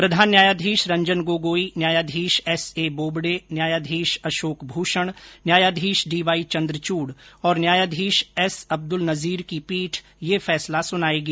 प्रधान न्यायाधीश रंजन गोगोई न्यायाधीश S A Bobde न्यायाधीश अशोक भूषण न्यायाधीश डी वाई चन्द्रचूड और न्यायाधीश एस अब्दुल नजीर की पीठ ये फैसला सुनायेगी